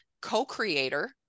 co-creator